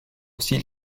aussi